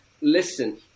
listen